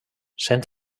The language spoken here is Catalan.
sent